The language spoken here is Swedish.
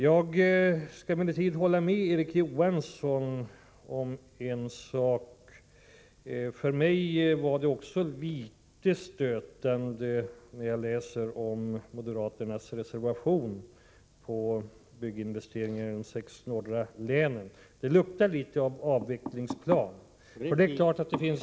Jag skall emellertid hålla med Erik Johansson om en sak, nämligen att det också för mig var litet stötande att läsa moderaternas reservation som gäller bygginvesteringar i de sex nordligaste länen. Det luktar litet av avvecklingsplan, eftersom det är klart att det finns...